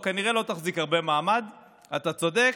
כנראה לא תחזיק מעמד הרבה זמן, אתה צודק.